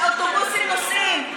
האוטובוסים נוסעים,